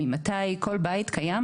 ממתי כל בית קיים?